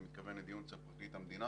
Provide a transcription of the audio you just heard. אני מתכוון לדיון אצל פרקליט המדינה